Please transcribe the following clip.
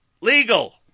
legal